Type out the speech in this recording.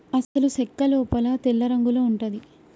అసలు సెక్క లోపల తెల్లరంగులో ఉంటది